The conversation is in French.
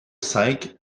cinq